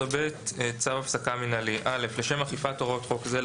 צו הפסקה מינהלי 13ב.(א)לשם אכיפת הוראות חוק זה,